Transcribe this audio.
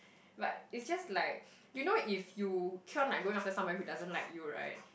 but it's just like you know if you keep on like going after somebody who doesn't like you right